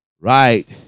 Right